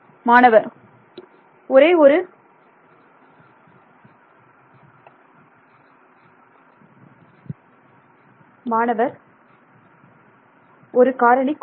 மாணவர் ஒரு ஒரு காரணி குறையும்